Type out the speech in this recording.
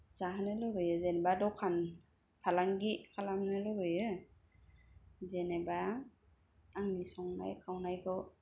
जाहोनो लुगैयो जेनेबा दखान फालांगि खालामनो लुबैयो जेनेबा आंनि संनाय खावनायखौ